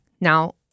Now